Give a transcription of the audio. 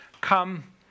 Come